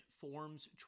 Forms